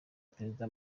perezida